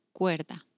cuerda